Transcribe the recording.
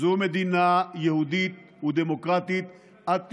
זו מדינה יהודית ודמוקרטית עד 1994,